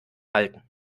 halten